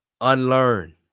unlearn